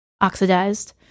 oxidized